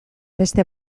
beste